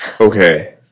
okay